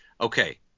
Okay